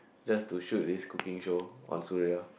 just to shoot this cooking show on Suria